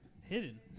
hidden